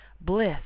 bliss